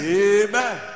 amen